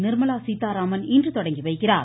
நிர்மலா சீதாராமன் இன்று தொடங்கி வைக்கிறார்